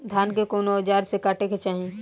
धान के कउन औजार से काटे के चाही?